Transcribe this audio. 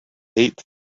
eighth